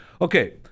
Okay